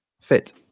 fit